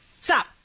Stop